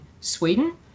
Sweden